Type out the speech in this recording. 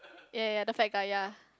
ya ya the fat kaya